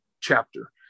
chapter